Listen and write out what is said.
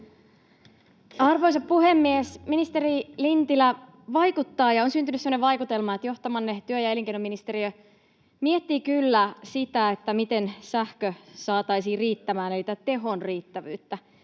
Arvoisa puhemies! Ministeri Lintilä, vaikuttaa ja on syntynyt semmoinen vaikutelma, että johtamanne työ- ja elinkei-noministeriö miettii kyllä, miten sähkö saataisiin riittämään, eli tehon riittävyyttä,